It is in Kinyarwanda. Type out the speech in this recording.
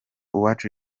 uwacu